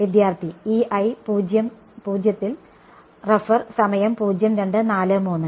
വിദ്യാർത്ഥി e i 0 യിൽ